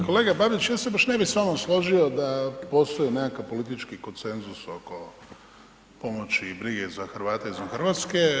Kolega Babić ja se baš ne bi s vama složio da postoji nekakav politički konsenzus oko pomoći i brige za Hrvate izvan Hrvatske.